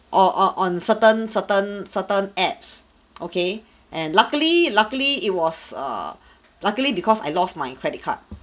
or or on certain certain certain apps okay and luckily luckily it was err luckily because I lost my credit card